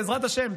בעזרת השם,